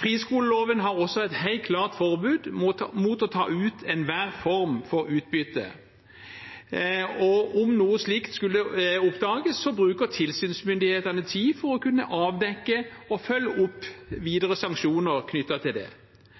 Friskoleloven har også et helt klart forbud mot å ta ut enhver form for utbytte, og om noe slikt skulle oppdages, bruker tilsynsmyndighetene tid for å kunne avdekke og følge opp videre sanksjoner knyttet til det.